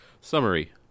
Summary